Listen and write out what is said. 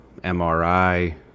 MRI